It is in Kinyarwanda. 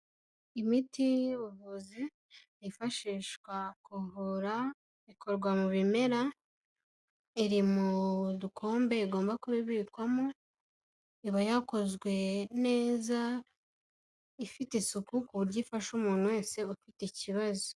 Imiti y'ubuvuzi yifashishwa mu kuvura ikorwa mu bimera iba iri mu dukombe igomba kuba ibikwamo; iba yakozwe neza ifite isuku ku buryo ifasha umuntu wese ufite ikibazo.